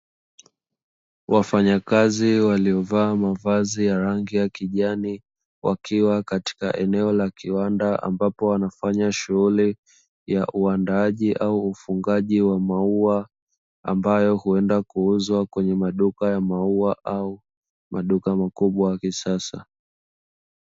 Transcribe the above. Wafanyakazi waliovaa mavazi ya rangi ya kijani, wakiwa katika eneo la kiwanda ambapo wanafanya shughuli ya uandaaji au ufungaji wa maua, ambayo huenda kuuzwa kwenye maduka ya maua au maduka makubwa ya kisasa.